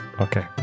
Okay